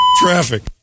traffic